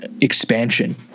expansion